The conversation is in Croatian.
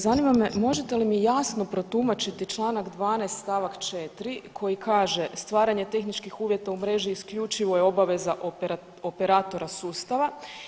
Zanima me možete li mi jasno protumačiti Članak 12. stavak 4. koji kaže, stvaranje tehničkih uvjeta u mreži isključivo je obaveza operatora sustava.